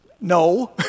No